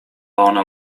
ona